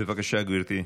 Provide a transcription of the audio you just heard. בבקשה, גברתי.